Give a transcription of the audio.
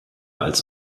als